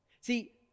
See